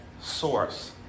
source